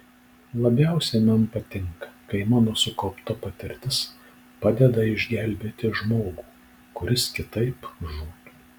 labiausiai man patinka kai mano sukaupta patirtis padeda išgelbėti žmogų kuris kitaip žūtų